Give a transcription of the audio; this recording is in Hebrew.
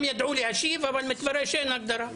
כולם ידעו להשיב אבל מתברר שאין הגדרה.